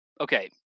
okay